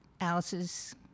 Alice's